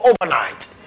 overnight